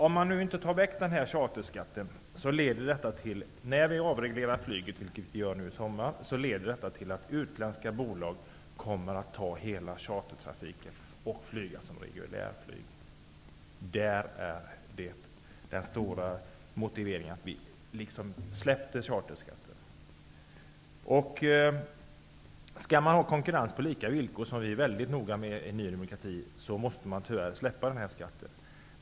Om man inte tar bort charterskatten när flyget avregleras i sommar leder det till att utländska bolag tar över hela chartertrafiken. Dessa bolag kommer att flyga såsom reguljärflyg. Det är det stora motivet till att Skall man ha konkurrens på lika villkor, vilket vi i Ny demokrati är väldigt noga med, måste tyvärr den här skatten tas bort.